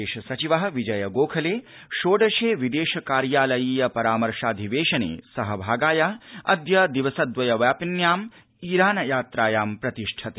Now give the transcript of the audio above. विदेश सचिवः विजयगोखले षोडशे विदेश कार्यालयीय परामर्शाधिवेशने विदेश सचिवः सहभागाय अद्य दिवसद्वयव्यापिन्याम् ईरान यात्रायां प्रतिष्ठते